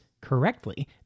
correctly